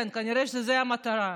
כן, כנראה שזו המטרה.